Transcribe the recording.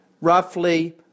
roughly